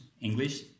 English